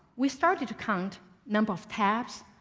we started to count number of tabs,